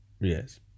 Yes